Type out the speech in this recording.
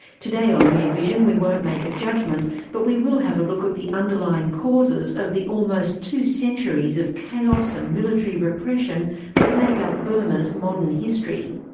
today on rear vision won't make a judgment but we will have a look at the underlying causes of the almost two centuries of chaos and military repression that make up burma's modern history.